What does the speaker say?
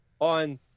on